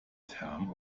term